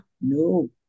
no